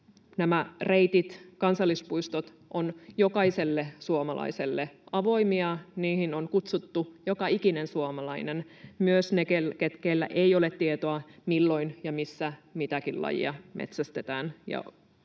Nämä reitit, kansallispuistot ovat jokaiselle suomalaiselle avoimia, niihin on kutsuttu joka ikinen suomalainen, myös ne, joilla ei ole tietoa, milloin ja missä mitäkin lajia metsästetään, niin